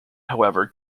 however